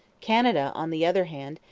canada, on the other hand,